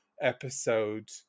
episode